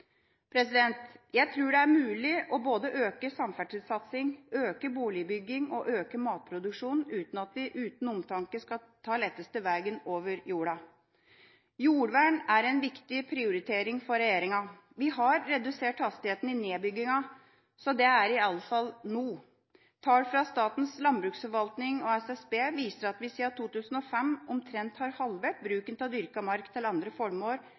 Jeg tror det er mulig å øke både samferdselssatsing, boligbygging og matproduksjon uten at vi uten omtanke skal ta letteste veien over jordene. Jordvern er en viktig prioritering for regjeringa. Vi har redusert hastigheten i nedbyggingen, så det er i alle fall noe. Tall fra Statens landbruksforvaltning og SSB viser at vi siden 2005 – da vi kom i regjering – omtrent har halvert bruken av dyrket mark til andre formål